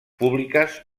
públiques